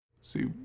see